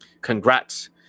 congrats